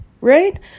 right